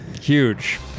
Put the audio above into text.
huge